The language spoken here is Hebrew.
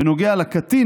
בנוגע לקטין,